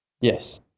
Yes